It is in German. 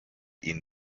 ihn